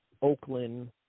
Oakland